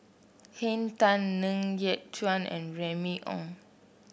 Henn Tan Ng Yat Chuan and Remy Ong